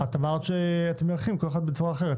את אמרת שאתם נערכים כל אחד בצורה אחרת.